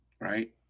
Right